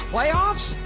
Playoffs